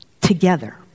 together